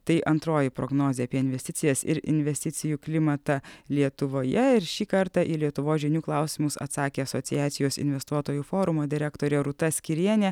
tai antroji prognozė apie investicijas ir investicijų klimatą lietuvoje ir šį kartą į lietuvos žinių klausimus atsakė asociacijos investuotojų forumo direktorė rūta skyrienė